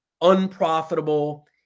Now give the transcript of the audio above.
unprofitable